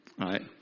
right